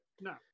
No